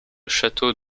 château